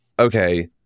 Okay